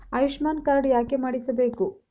Ayushman card ಯಾಕೆ ಮಾಡಿಸಬೇಕು?